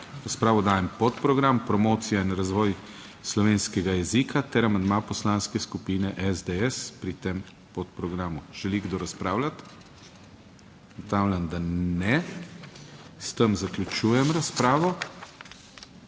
razpravo dajem podprogram Promocija in razvoj slovenskega jezika ter amandma Poslanske skupine SDS pri tem podprogramu. Želi kdo razpravljati? (Ne.) Ugotavljam, da ne. S tem zaključujem razpravo.